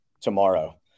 tomorrow